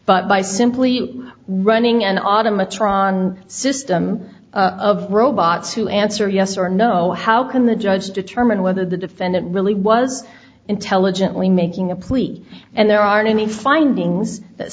but by simply running an autumn metron system of robots who answer yes or no how can the judge determine whether the defendant really was intelligently making a plea and there aren't any finding